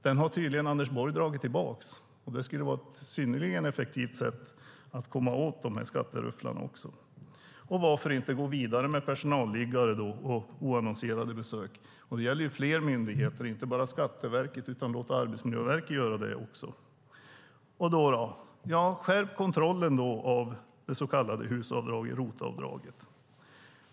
Den har tydligen Anders Borg dragit tillbaka, och det hade varit ett synnerligen effektivt sätt att komma åt skatterufflarna. Varför inte gå vidare med personalliggare och oannonserade besök? Det gäller fler myndigheter, inte bara Skatteverket. Låt Arbetsmiljöverket också göra det! Skärp kontrollen av det så kallade HUS-avdraget, alltså ROT-avdraget!